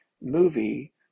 movie